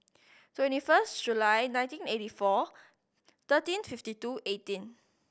twenty first Jul nineteen eighty four thirteen fifty two eighteen